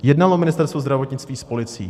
Jednalo Ministerstvo zdravotnictví s policií?